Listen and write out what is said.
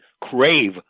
crave